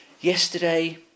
yesterday